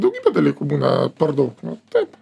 daugybė dalykų būna per daug nu taip